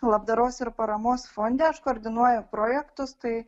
labdaros ir paramos fonde aš koordinuoju projektus tai